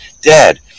Dad